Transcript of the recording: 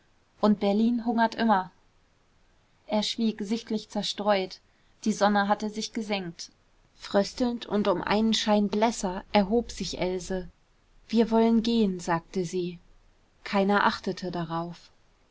und berlin hungert immer er schwieg sichtlich zerstreut die sonne hatte sich gesenkt fröstelnd und um einen schein blässer erhob sich else wir wollen gehen sagte sie keiner achtete darauf